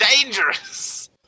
dangerous